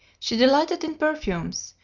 she delighted in perfumes,